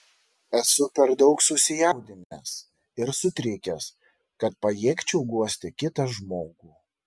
esu per daug susijaudinęs ir sutrikęs kad pajėgčiau guosti kitą žmogų